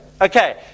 Okay